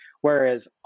Whereas